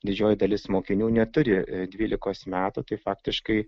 didžioji dalis mokinių neturi dvylikos metų tai faktiškai